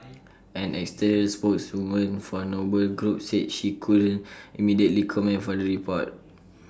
an external spokeswoman for noble group said she couldn't immediately comment for the report